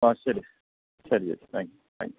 ആ ശരി ശരി ചേച്ചി താങ്ക് യു താങ്ക് യൂ